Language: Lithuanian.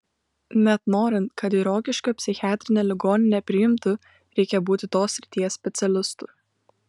net norint kad į rokiškio psichiatrinę ligoninę priimtų reikia būti tos srities specialistu